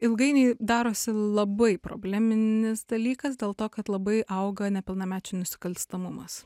ilgainiui darosi labai probleminis dalykas dėl to kad labai auga nepilnamečių nusikalstamumas